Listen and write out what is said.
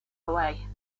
away